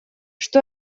что